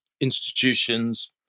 institutions